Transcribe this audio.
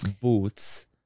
Boots